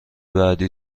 بعدی